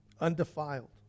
undefiled